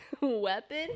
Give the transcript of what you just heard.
weapon